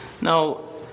Now